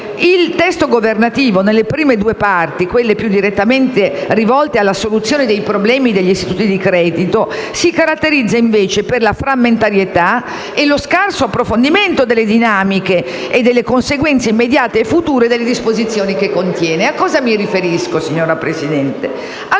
che sistematico. Nelle prime due parti, quelle più direttamente rivolte alla soluzione dei problemi degli istituti di credito, il testo governativo si caratterizza per la frammentarietà e lo scarso approfondimento delle dinamiche e delle conseguenze immediate e future delle disposizioni che contiene. A cosa mi riferisco, signora Presidente?